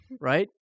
right